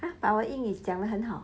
要把我的英语讲得很好